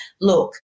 look